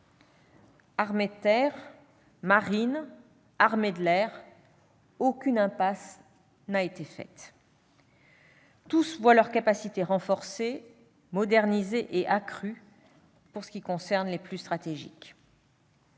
Armée de terre, marine, armée de l'air : aucune impasse n'a été faite. Les trois armées voient leurs capacités renforcées, modernisées et accrues pour les plus stratégiques.